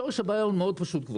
שורש הבעיה הוא פשוט מאוד.